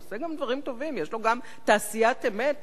יש לו גם תעשיית אמת,